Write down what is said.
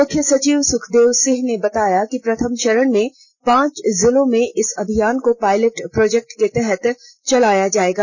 मुख्य सचिव सुखदेव सिंह ने बताया कि प्रथम चरण में पांच जिलों में इस अभियान को पायलट प्रोजेक्ट के तहत चलाया जायेगा